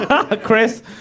Chris